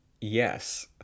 yes